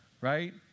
right